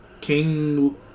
King